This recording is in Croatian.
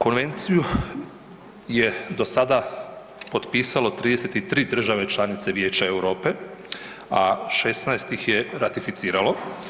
Konvenciju je do sada potpisalo 33 države članice Vijeća Europe, a 16 ih je ratificiralo.